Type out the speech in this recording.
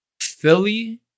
Philly